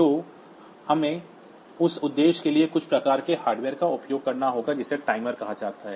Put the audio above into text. तो हमें उस उद्देश्य के लिए कुछ प्रकार के हार्डवेयर का उपयोग करना होगा जिन्हें टाइमर कहा जाता है